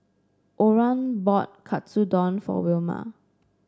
Oran bought Katsu Tendon for Wilma